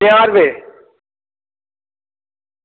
पंजाह् रपेऽ